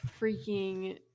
freaking